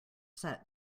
set